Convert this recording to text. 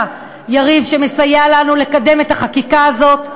יריב שמסייע לנו לקדם את החקיקה הזאת.